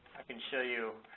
i can show you